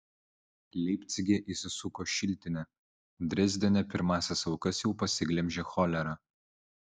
leipcige įsisuko šiltinė drezdene pirmąsias aukas jau pasiglemžė cholera